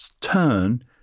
turn